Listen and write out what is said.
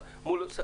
מול פורום הקורונה,